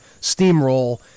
steamroll